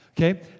Okay